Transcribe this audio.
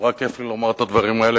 נורא כיף לי לומר את הדברים האלה,